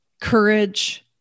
courage